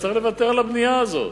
אז צריך לוותר על הבנייה הזאת,